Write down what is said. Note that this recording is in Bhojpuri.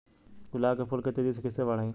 गुलाब के फूल के तेजी से कइसे बढ़ाई?